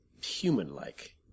Human-like